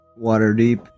Waterdeep